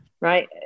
right